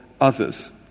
others